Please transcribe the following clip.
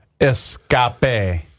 Escape